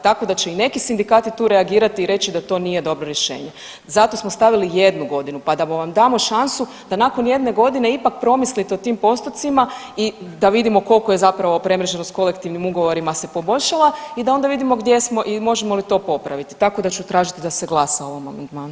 Tako da će i neki sindikati tu reagirati i reći da to nije dobro rješenje, zato smo stavili jednu godinu, pa da vam damo šansu da nakon jedne godine ipak promislite o tim postocima i da vidimo koliko je zapravo premreženost kolektivnim ugovorima se poboljšala i da onda vidimo gdje smo i možemo li to popraviti, tako da ću tražiti da se glasa o ovom amandmanu.